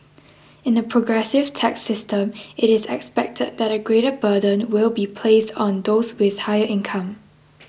in a progressive tax system it is expected that a greater burden will be placed on those with higher income